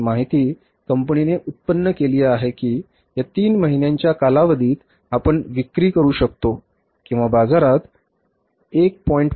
ही माहिती कंपनीने उत्पन्न केली आहे की या 3 महिन्यांच्या कालावधीत आपण विक्री करू शकतो किंवा बाजारात 1